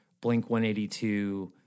Blink-182